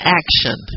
action